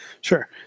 Sure